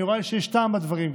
ונראה לי שיש טעם בדברים,